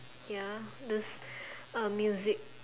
ya the uh music